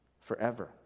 forever